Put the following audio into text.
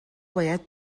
باید